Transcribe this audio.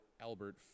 albert